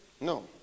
No